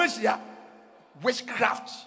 Witchcraft